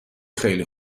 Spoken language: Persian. خیلی